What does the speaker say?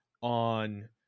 on